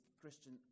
Christian